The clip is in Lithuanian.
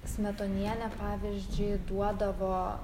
smetonienė pavyzdžiui duodavo